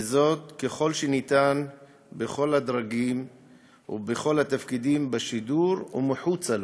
ככל האפשר בכל הדרגים ובכל התפקידים בשידור ומחוץ לו.